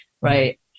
Right